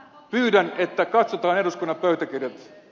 pyydän että katsotaan eduskunnan pöytäkirjat ed